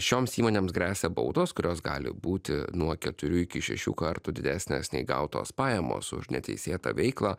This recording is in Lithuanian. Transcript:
šioms įmonėms gresia baudos kurios gali būti nuo keturių iki šešių kartų didesnės nei gautos pajamos už neteisėtą veiklą